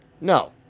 No